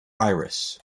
iris